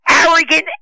Arrogant